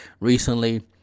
Recently